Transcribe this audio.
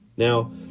Now